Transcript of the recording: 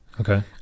Okay